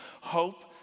Hope